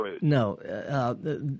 no